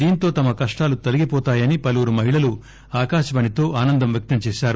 దీంతో తమ కష్టాలు తొలగిపోతాయని పలువురు మహిళలు ఆకాశవాణితో ఆనందం వ్యక్తం చేశారు